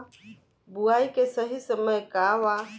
बुआई के सही समय का वा?